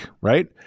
right